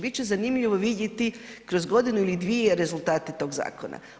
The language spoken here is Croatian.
Bit će zanimljivo vidjeti kroz godinu ili dvije rezultate tog zakona.